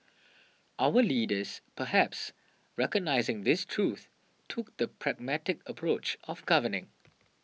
our leaders perhaps recognising this truth took the pragmatic approach of governing